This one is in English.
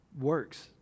works